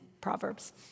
Proverbs